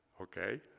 Okay